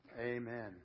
Amen